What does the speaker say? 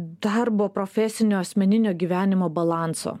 darbo profesinio asmeninio gyvenimo balanso